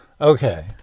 Okay